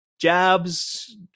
jabs